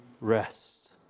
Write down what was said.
rest